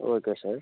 okay sir